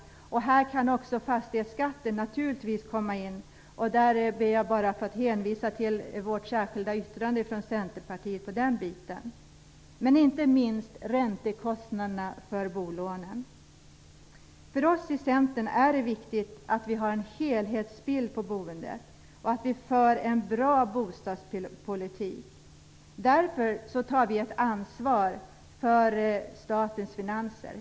Här kan naturligtvis också fastighetsskatten komma in. Jag ber bara att få hänvisa till vårt särskilda yttrande från Centerpartiet i den frågan. Inte minst handlar det om räntekostnaderna för bolånen. För oss i Centern är det viktigt att vi har en helhetsbild när det gäller boendet och att vi för en bra bostadspolitik. Därför tar vi ett ansvar för statens finanser.